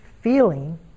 feeling